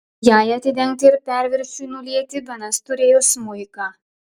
jai atidengti ir perviršiui nulieti benas turėjo smuiką